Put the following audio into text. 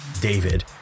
David